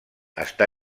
està